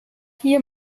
hier